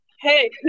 Hey